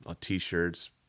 T-shirts